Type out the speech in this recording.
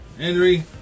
Henry